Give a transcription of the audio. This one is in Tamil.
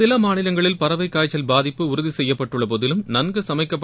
சில மாநிலங்களில் பறவைக்காய்ச்சல் பாதிப்பு உறுதி செய்யப்பட்டுள்ள போதிலும் நன்கு சமைக்கப்பட்ட